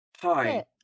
Hi